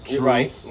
Right